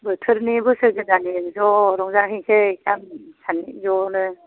बोथोरनि बोसोर गोदाननि ज' रंजाहैनोसै गामिनि सानैजों ज'नो